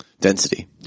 density